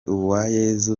uwayezu